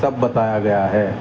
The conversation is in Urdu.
سب بتایا گیا ہے